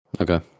Okay